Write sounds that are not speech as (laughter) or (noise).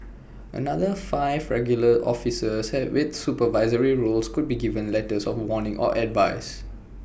another five regular officers (unintelligible) with supervisory roles could be given letters of warning or advice